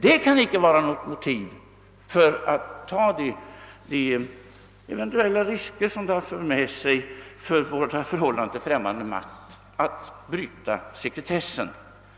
Detta kan icke vara något motiv för att vi skulle utsätta oss för de eventuella risker för vårt förhållande till främmande. makt som ett brytande av sekretessen kan medföra.